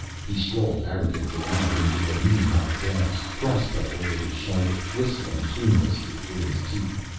he strolled arrogantly out into the knee-high grass, crossbow over his shoulder, whistling tunelessly through his teeth.